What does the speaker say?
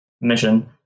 mission